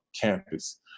campus